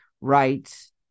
rights